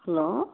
hello